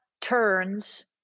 turns